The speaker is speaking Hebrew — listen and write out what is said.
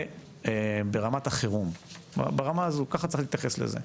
זה ברמת החירום, ברמה הזו, ככה צריך להתייחס לזה.